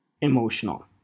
emotional